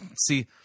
See